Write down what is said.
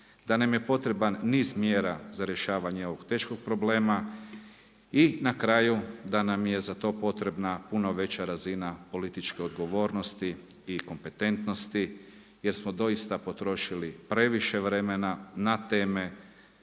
da nam je potreban niz mjera za rješavanje ovog teškog problema i na kraju da nam je za to potrebna puno veća razina političke odgovornosti i kompetentnosti jer smo doista potrošili previše vremena na teme,